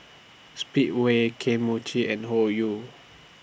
Speedway Kane Mochi and Hoyu